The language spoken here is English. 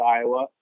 Iowa